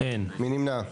מי נמנע?